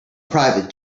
private